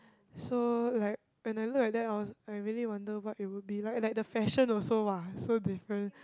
so like when I look at that I was I really wonder what it will be like like the fashion also !wah! so different